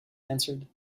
answered